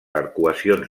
arcuacions